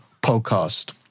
podcast